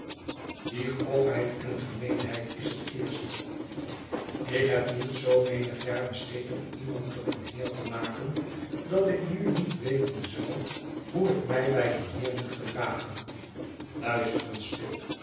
die grofheid en gemeenheid is het eerste ik heb niet zoo menig jaar besteed om iemand tot een heer te maken dat ik nu niet weten zou hoe ik my bij een heer moet gedragen luister eens pip